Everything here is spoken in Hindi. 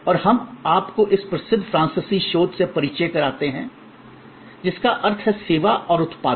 और हम आपको इस प्रसिद्ध फ्रांसीसी शोध से परिचय कराते हैं जिसका अर्थ है सेवा और उत्पादन